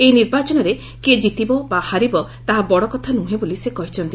ଏହି ନିର୍ବାଚନରେ କିଏ ଜିତିବ ବା ହାରିବ ତାହା ବଡକଥା ନୁହେଁ ବୋଲି ସେ କହିଛନ୍ତି